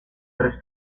tres